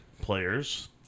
players